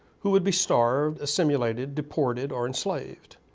who would be starved assimilated deported or enslaved.